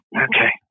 Okay